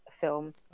film